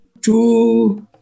two